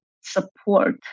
support